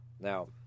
Now